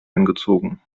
eingezogen